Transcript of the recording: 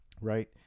right